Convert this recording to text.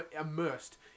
immersed